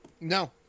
No